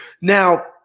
now